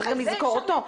צריך גם לזכור אותו.